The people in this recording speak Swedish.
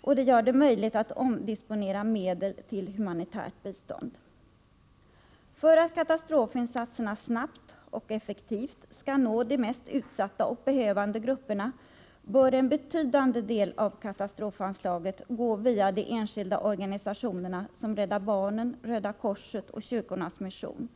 och detta gör det möjligt att omdisponera medel till humanitärt bistånd. För att katastrofinsatserna snabbt och effektivt skall nå de mest utsatta och behövande grupperna bör en betydande del av katastrofanslaget gå via de enskilda organisationerna som Rädda barnen, Röda korset och kyrkornas mission.